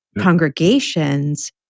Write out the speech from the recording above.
congregations